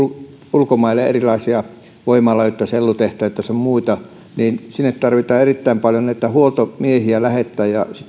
ulkomaille erilaisia voimaloita sellutehtaita sun muita niin sinne tarvitsee erittäin paljon näitä huoltomiehiä lähettää ja